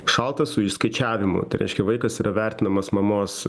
šaltas su išskaičiavimu tai reiškia vaikas yra vertinamas mamos